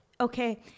Okay